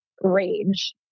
rage